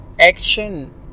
action